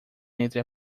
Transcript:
entre